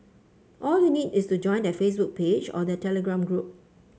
all you need is to join their Facebook page or their Telegram group